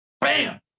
bam